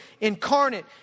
incarnate